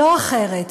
ולא אחרת,